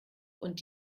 und